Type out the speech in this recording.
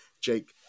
Jake